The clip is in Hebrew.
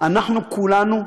אנחנו כולנו,